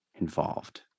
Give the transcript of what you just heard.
involved